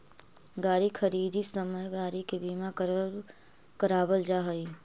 गाड़ी खरीदित समय गाड़ी के बीमा करावल जा हई